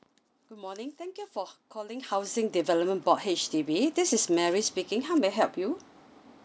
good morning thank you for calling housing development board H_D_B this is mary speaking how may I help you